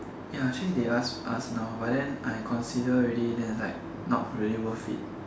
ya actually they ask us now but I consider already then it's like not really worth it